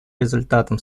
результатом